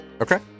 Okay